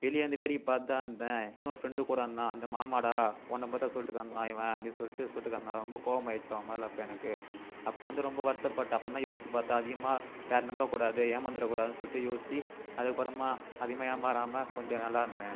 வெளியேருந்து வேடிக்கை பார்த்து தான் இருந்தேன் இன்னொரு ஃப்ரெண்டு கூடயிருந்தான் அந்த ஆமாடா உன்னை பற்றிதான் சொல்லிகிட்டு கிடந்தான் இவன் அப்படி சொல்லிட்டு சொல்லிட்டு கிடந்தான் ரொம்ப கோவமாயிடுச்சு அவன் மேல் அப்போ எனக்கு அப்போ வந்து ரொம்ப வருத்தப்பட்டேன் அப்புறம் தான் வந்து யோசிச்சு பார்த்தேன் அதிகமாக யாரையும் நம்ப கூடாது ஏமாந்துட கூடாது சொல்லிட்டு யோசிச்சி அதுக்கப்புறமா அதிகமாக ஏமாறாமல் கொஞ்சம் நல்லாயிருந்தேன்